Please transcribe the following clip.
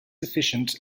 efficient